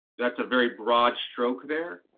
that's a very broad stroke there,